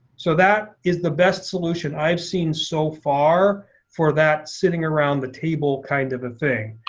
so that is the best solution i've seen so far for that sitting around the table kind of a thing.